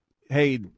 hey